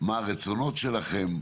מה הרצונות שלכם,